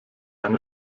eine